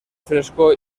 fresco